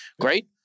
Great